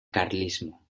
carlismo